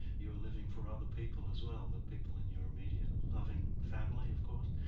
you are living for other people as well, the people in your immediate, and loving family of course,